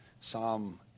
Psalm